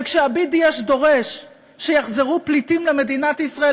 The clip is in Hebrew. וכשה-BDS דורש שיחזרו פליטים למדינת ישראל,